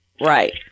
right